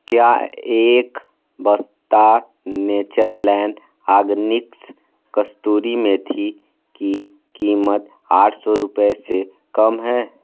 क्या एक बस्ता नेचरलैंड आर्गनिक्स कसूरी मेथी की कीमत आठ सौ रुपए से कम है